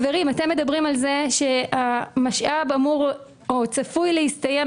אתם מדברים על זה שהמשאב צפוי להסתיים